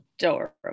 adorable